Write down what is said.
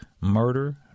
murder